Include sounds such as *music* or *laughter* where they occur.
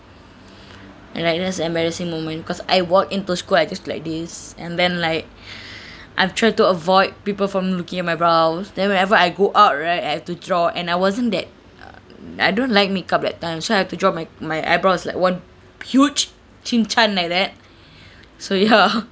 and like that's embarrassing moment because I walk into school I just look like this and then like *breath* I've tried to avoid people from looking at my brows then whenever I go out right I have to draw and I wasn't that uh I don't like makeup that time so I have to draw my my eyebrows like one huge shin chan like that so ya